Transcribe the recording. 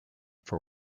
for